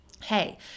Hey